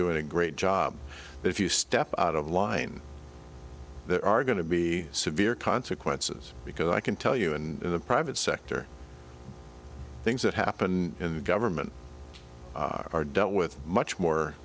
doing a great job if you step out of line there are going to be severe consequences because i can tell you and in the private sector things that happen in government are dealt with much more